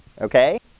Okay